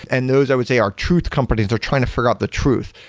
and those i would say are truth companies. they're trying to figure out the truth.